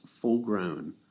full-grown